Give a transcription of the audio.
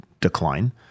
decline